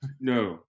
No